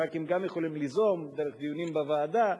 וחברי כנסת גם יכולים ליזום דרך דיונים בוועדה,